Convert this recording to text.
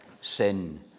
sin